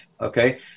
okay